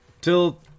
till